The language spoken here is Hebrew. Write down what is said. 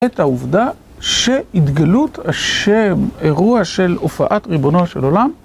את העובדה שהתגלות השם, אירוע של הופעת ריבונו של עולם